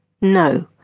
No